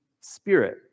spirit